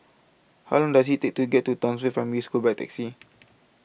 How Long Does IT Take to get to Townsville Primary School By Taxi